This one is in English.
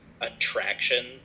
attraction